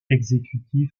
exécutif